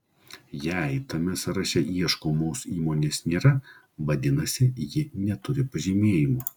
jei tame sąraše ieškomos įmonės nėra vadinasi ji neturi pažymėjimo